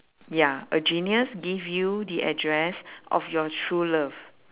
ya a genius give you the address of your true love